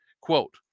Quote